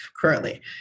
currently